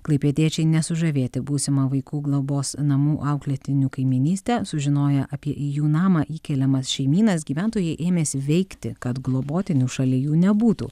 klaipėdiečiai nesužavėti būsima vaikų globos namų auklėtinių kaimynyste sužinoję apie į jų namą įkeliamas šeimynas gyventojai ėmėsi veikti kad globotinių šalia jų nebūtų